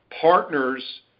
partners